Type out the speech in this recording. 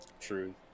true